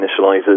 initializers